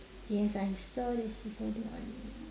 yes I saw that she's holding on